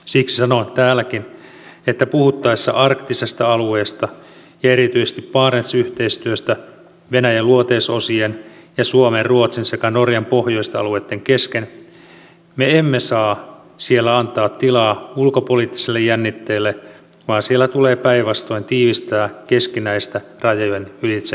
siksi sanoin täälläkin että puhuttaessa arktisesta alueesta ja erityisesti barents yhteistyöstä venäjän luoteisosien ja suomen ruotsin sekä norjan pohjoisten alueitten kesken me emme saa siellä antaa tilaa ulkopoliittiselle jännitteelle vaan siellä tulee päinvastoin tiivistää keskinäistä rajojen ylitse menevää yhteistyötä